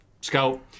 scout